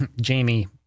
Jamie